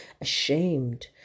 ashamed